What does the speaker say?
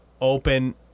open